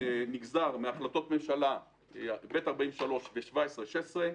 נגזר מהחלטות ממשלה ב/43 ו-1716,